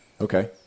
Okay